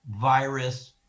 virus